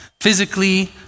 physically